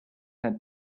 had